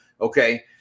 okay